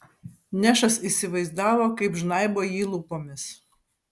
nešas įsivaizdavo kaip žnaibo jį lūpomis